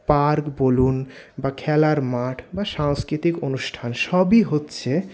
park বলুন বা খেলার মাঠ সাংস্কৃতিক অনুষ্ঠান সবই হচ্ছে